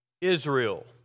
Israel